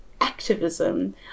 activism